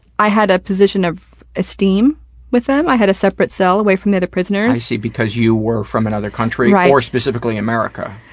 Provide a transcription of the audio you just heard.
i had a position of esteem with them. i had a separate cell away from the other prisoners. i see, because you were from another country, or, specifically america?